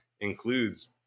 includes